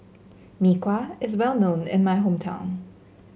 Mee Kuah is well known in my hometown